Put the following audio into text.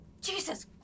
Jesus